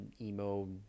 Emo